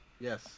yes